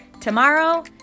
Tomorrow